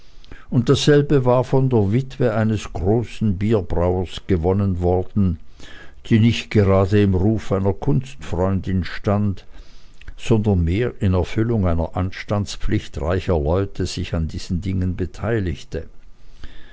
und dasselbe war von der witwe eines großen bierbrauers gewonnen worden die nicht gerade im rufe einer kunstfreundin stand sondern mehr in erfüllung einer anstandspflicht reicher leute sich an diesen dingen beteiligte